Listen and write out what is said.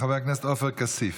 חבר הכנסת עופר כסיף.